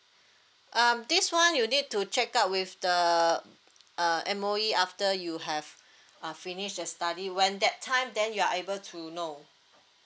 um this one you need to check out with the uh M_O_E after you have err finish your studies when that time then you are able to know